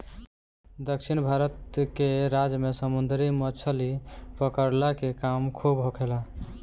दक्षिण भारत के राज्य में समुंदरी मछली पकड़ला के काम खूब होखेला